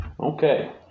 Okay